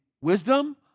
Wisdom